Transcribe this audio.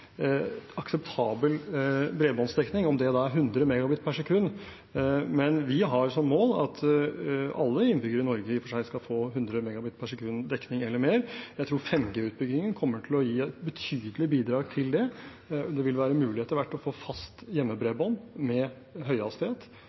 akseptabel bredbåndsdekning, om det er 100 Mbit/s, men vi har som mål at alle innbyggere i Norge skal få 100 Mbit/s dekning eller mer. Jeg tror 5G-utbyggingen kommer til å gi et betydelig bidrag til det, og det vil være mulig etter hvert å få fast hjemmebredbånd med høyhastighet